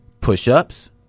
push-ups